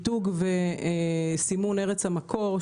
יש עניין במיתוג ובסימון ארץ המקור.